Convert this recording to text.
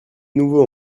nouveau